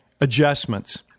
adjustments